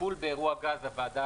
טיפול באירוע גז הוועדה,